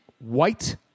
White